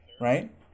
right